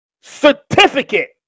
certificate